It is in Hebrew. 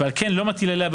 ועל כן לא מטיל עליה,